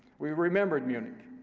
we remembered munich.